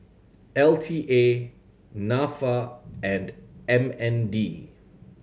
L T A Nafa and M N D